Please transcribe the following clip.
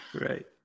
right